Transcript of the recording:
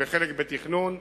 וחלק בתכנון,